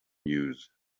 news